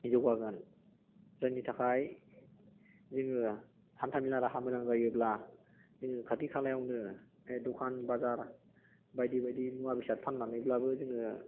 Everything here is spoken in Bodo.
जौगागोन जायनि थाखाय जों हान्थामेला राहा मोजां जायोब्ला जों खाथि खालायावनो बे दखान बाजार बायदि बायदि मुवा बेसाद फाननानैब्लाबो जों